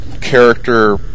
character